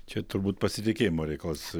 čia turbūt pasitikėjimo reikalas